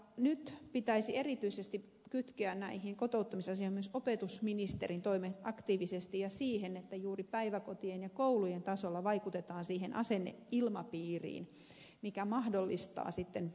nyt pitäisi erityisesti kytkeä näihin kotouttamisasioihin myös opetusministeriön toimet aktiivisesti ja se että juuri päiväkotien ja koulujen tasolla vaikutetaan siihen asenneilmapiiriin mikä mahdollistaa sitten sen kotoutumisen suomeen